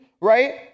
right